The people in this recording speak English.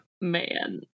Man